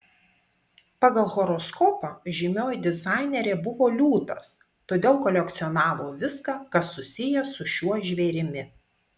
pagal horoskopą žymioji dizainerė buvo liūtas todėl kolekcionavo viską kas susiję su šiuo žvėrimi